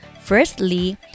firstly